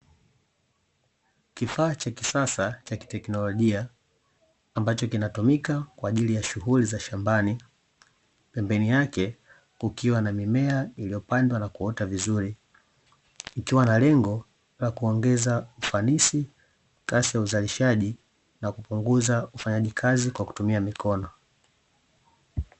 Kifaa cha kisasa cha Kiteknolojia ambacho kinatumika kwa ajili ya shughuli za shambani pembeni yake kukiwa na mimea iliyopandwa na kuota vizuri ikiwa na lengo la kuongeza ufanisi, kasi ya uzalishaji na kupunguza ufanyaji kazi kwa kutumia mikono.